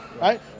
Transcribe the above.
right